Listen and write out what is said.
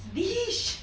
dish